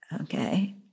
Okay